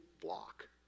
block